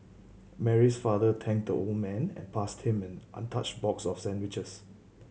Mary's father thank the old man and passed him an untouched box of sandwiches